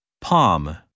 Palm